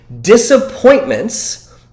Disappointments